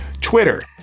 Twitter